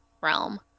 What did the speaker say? realm